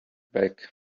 back